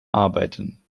arbeiten